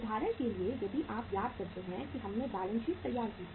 उदाहरण के लिए यदि आप याद करते हैं कि हमने बैलेंस शीट तैयार की थी